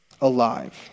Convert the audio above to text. alive